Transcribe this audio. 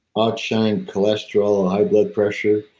out-shined cholesterol high blood pressure,